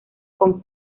con